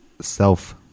self